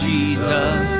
Jesus